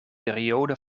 periode